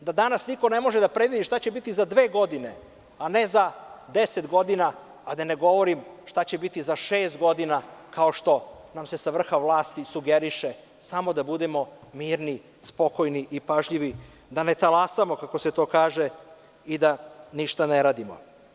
Danas niko ne može da predvidi šta će biti za dve godine, a ne za deset godina, a da ne govorim šta će biti za šest godina, kao što nam se sa vrha vlasti sugeriše – samo da budemo mirni, spokojni i pažljivi, da ne talasamo, kako se to kaže, i da ništa ne radimo.